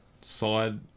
side